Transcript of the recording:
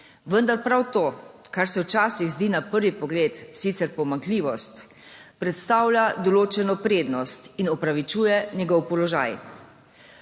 Vendar prav to, kar se včasih zdi na prvi pogled sicer pomanjkljivost, predstavlja določeno prednost in upravičuje njegov položaj.